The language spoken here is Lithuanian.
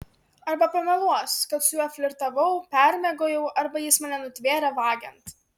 arba pameluos kad su juo flirtavau permiegojau arba jis mane nutvėrė vagiant